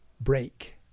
break